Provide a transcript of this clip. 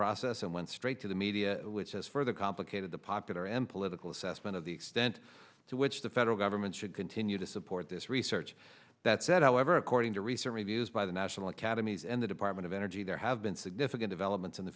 process and went straight to the media which has further complicated the popular and political assessment of the extent to which the federal government should continue to support this research that said however according to recent reviews by the national academies and the department of energy there have been significant developments in the